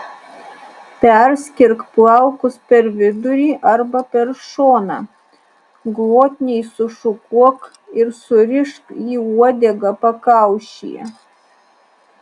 perskirk plaukus per vidurį arba per šoną glotniai sušukuok ir surišk į uodegą pakaušyje